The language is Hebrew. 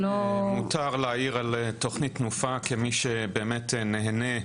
מותר להעיר על תוכנית תנופה כמי שבאמת נהנה,